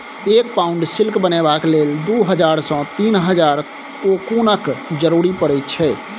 एक pound silk बनेबाक लेल दु हजार सँ तीन हजारक कोकुनक जरुरत परै छै